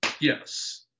yes